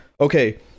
okay